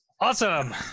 Awesome